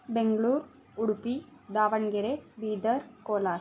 Bengaluru Udupi Davanagere Bidar Kolar